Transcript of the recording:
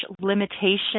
limitation